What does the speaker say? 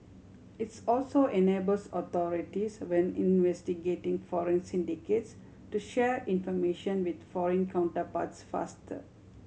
it's also enables authorities when investigating foreign syndicates to share information with foreign counterparts faster